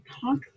talk